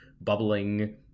bubbling